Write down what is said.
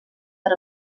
per